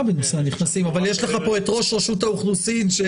אבל נמצא כאן ראש רשות האוכלוסין.